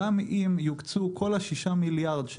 גם אם יוקצו כל ה-6 מיליארד,